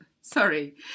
sorry